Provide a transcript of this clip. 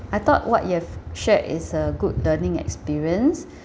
I thought what you have shared is a good learning experience